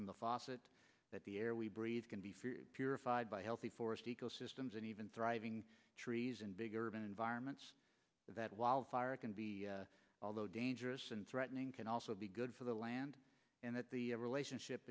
from the faucet that the air we breathe can be purified by healthy forest ecosystems and even thriving trees in big urban environments that wildfire can be although dangerous and threatening can also be good for the land and that the relationship